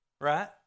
right